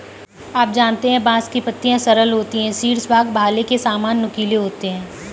आप जानते है बांस की पत्तियां सरल होती है शीर्ष भाग भाले के सामान नुकीले होते है